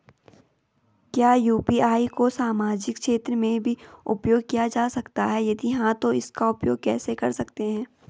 क्या यु.पी.आई को सामाजिक क्षेत्र में भी उपयोग किया जा सकता है यदि हाँ तो इसका उपयोग कैसे कर सकते हैं?